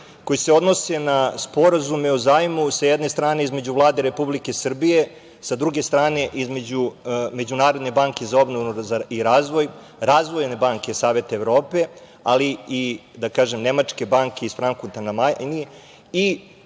koji se odnose na Sporazume o zajmu sa jedne strane između Vlade Republike Srbije, sa druge strane između Međunarodne banke za obnovu i razvoj, Razvojne banke Saveta Evrope, ali i Nemačke banke sa Frankfurta na Majni